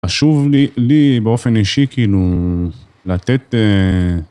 חשוב לי, באופן אישי כאילו, לתת...